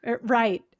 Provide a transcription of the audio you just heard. Right